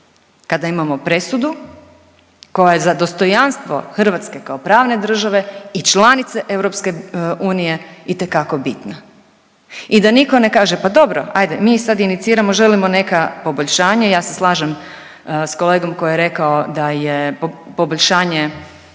kada imamo presudu koja je za dostojanstvo Hrvatske kao pravne države i članice EU itekako bitna. I da nitko ne kaže pa dobro hajde mi sad iniciramo želimo neka poboljšanja. Ja se slažem sa kolegom koji je rekao da je poboljšanje